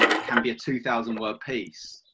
it can be a two thousand word piece,